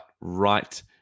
right